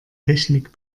technik